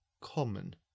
common